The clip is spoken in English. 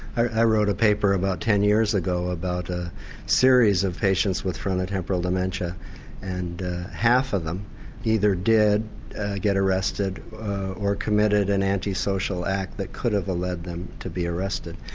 i wrote a paper about ten years ago about a series of patients with frontotemporal dementia and half of them either did get arrested or committed an antisocial act that could have led them to be arrested.